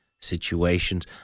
situations